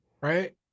right